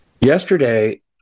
Yesterday